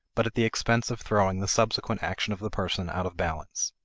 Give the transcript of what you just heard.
but at the expense of throwing the subsequent action of the person out of balance.